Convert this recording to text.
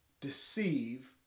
deceive